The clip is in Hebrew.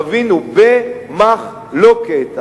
תבינו, במחלוקת.